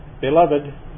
Beloved